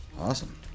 Awesome